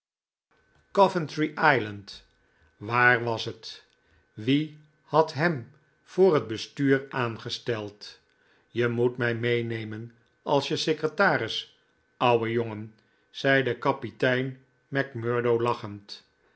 island waar was het wie had hem voor het bestuur aangesteld je moet mij meenemen als je secretaris ouwe jongen zeide kapitein macmurdo lachend